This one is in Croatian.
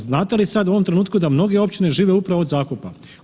Znate li sad u ovom trenutku da mnoge općine žive upravo od zakupa?